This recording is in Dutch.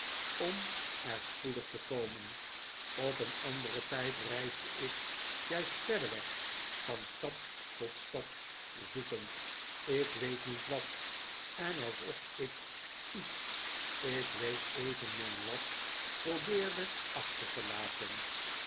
om er spoedig te komen op een anderen tijd reisde ik juist verder weg van stad tot stad zoekend ik weet niet wat en alsof ik iets ik weet evenmin wat probeerde achter te laten